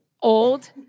old